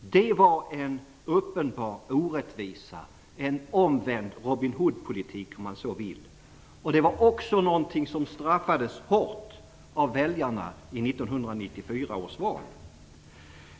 Det var en uppenbar orättvisa - en omvänd Robin Hood-politik, om man så vill. Det var också någonting som straffades hårt av väljarna i 1994 års val.